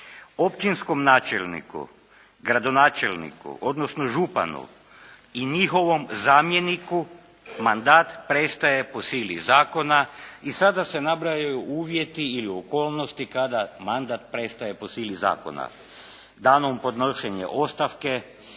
Općinskom načelniku, gradonačelniku odnosno županu i njihovom zamjeniku mandat prestaje po sili zakona. I sada se nabrajaju uvjeti ili okolnosti kada mandat prestaje po sili zakona. Danom podnošenja ostavke,